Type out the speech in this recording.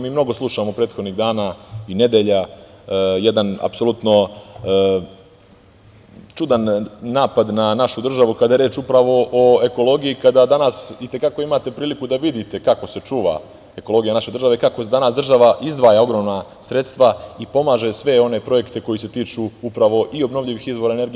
Mnogo slušamo prethodnih dana i nedelja jedan apsolutno čudan napad na našu državu kada je reč upravo o ekologiji, kada danas i te kako imate priliku da vidite kako se čuva ekologija naše države, kako danas država izdvaja ogromna sredstva i pomaže sve one projekte koji se tiču upravo i obnovljivih izvora energije.